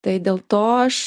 tai dėl to aš